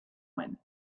when